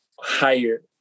higher